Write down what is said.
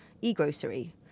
e-grocery